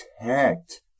protect